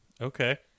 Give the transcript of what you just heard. Okay